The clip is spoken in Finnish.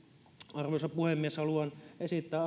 arvoisa puhemies haluan esittää